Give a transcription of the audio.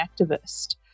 activist